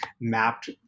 mapped